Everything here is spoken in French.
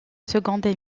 seconde